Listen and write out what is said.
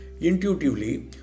Intuitively